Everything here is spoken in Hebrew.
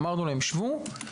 אמרנו להם: שבו,